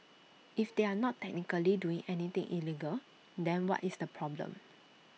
if they are not technically doing anything illegal then what is the problem